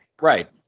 right